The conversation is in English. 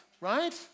right